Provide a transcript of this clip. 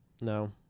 No